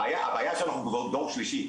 הבעיה שאנחנו כבר דור שלישי,